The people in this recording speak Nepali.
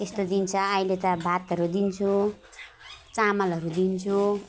यस्तो दिन्छ अहिले त भातहरू दिन्छु चामलहरू दिन्छु